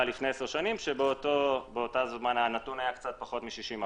לפני עשר שנים כשבאותו זמן הנתון היה קצת פחות מ-60%.